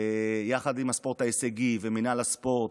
יחד עם הספורט ההישגי ומינהל הספורט.